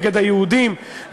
נגד היהודים,